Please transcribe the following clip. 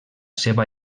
seva